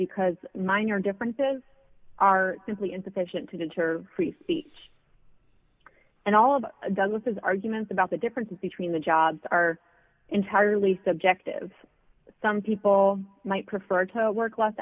because minor differences are simply insufficient to deter free speech and all of it does with his argument about the differences between the jobs are entirely subjective some people might prefer to work less